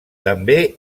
també